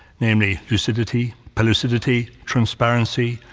namely lucidity, pellucidity, transparency,